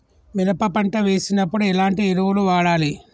మినప పంట వేసినప్పుడు ఎలాంటి ఎరువులు వాడాలి?